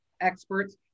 experts